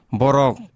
borok